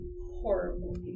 horrible